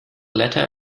latter